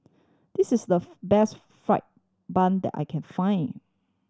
this is the best fried bun that I can find